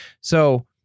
So-